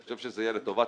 אני חושב שזה יהיה לטובת